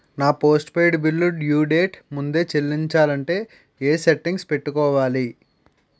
నా post paid bill due date ముందే చెల్లించాలంటే ఎ సెట్టింగ్స్ పెట్టుకోవాలి?